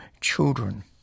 children